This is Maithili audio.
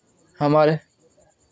हमर